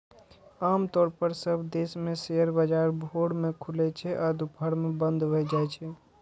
आम तौर पर सब देश मे शेयर बाजार भोर मे खुलै छै आ दुपहर मे बंद भए जाइ छै